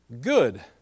good